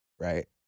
right